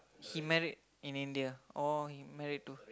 he married in India oh he married to